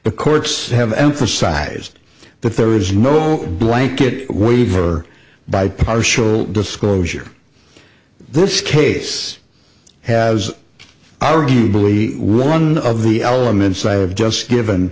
the courts have emphasized but there is no blanket waiver by partial disclosure this case has arguably one of the elements i have just given